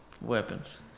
weapons